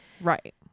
Right